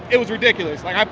it was ridiculous. like, i